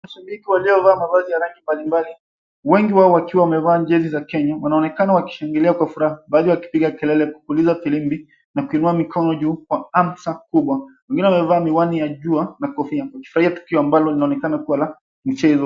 Mashabiki waliovaa mavazi ya rangi mbalimbali wengi wao wakiwa wamevaa jezi za Kenya wanaonekana wakishangilia kwa furaha baadhi yao wakipiga kelele kwa kupuliza filimbi na kuinua mikono juu kwa hamsa kubwa wengine wamevaa miwani ya jua na kofia wakifurahia tukio ambalo linaonekana kuwa la michezo.